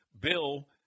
Bill